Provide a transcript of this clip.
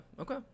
Okay